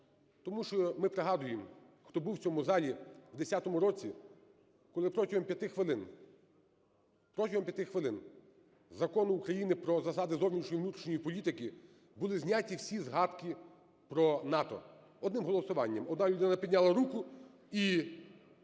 Тому що ми пригадуємо, хто був в цьому залі в 10-му році, коли протягом 5 хвилин, протягом 5 хвилин з Закону України "Про засади зовнішньої і внутрішньої політики" були зняті всі згадки про НАТО. Одним голосуванням, одна людина підняла руку –